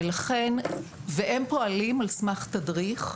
הם פועלים על סמך תדריך.